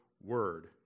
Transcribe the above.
word